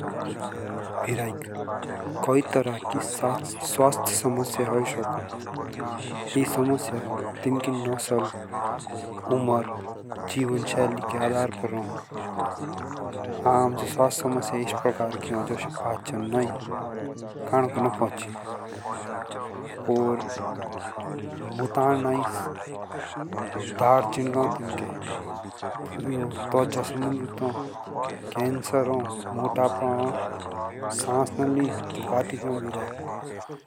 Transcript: बेरै कोई तरह की स्वास्थ्य समस्या होए सको ए समस्या तिनके नसल उम्र जीवनशैली के आधार पर हो आम स्वास्थ्य संबंधित समस्या एस प्रकार की हो जोशी पाचन ना होए खानाको न पोची मुतान ना आए दाद चिडगांव तिनके त्वचा संबंधित कैंसर मोटापा सांस ना ले जब भाटी जाओ बेरै